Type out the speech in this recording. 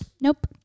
Nope